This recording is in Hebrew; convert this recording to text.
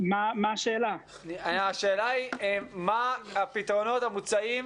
השאלה אליך היא מה הפתרונות המוצעים